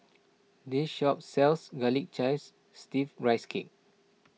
this shop sells Garlic Chives Steamed Rice Cake